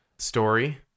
Story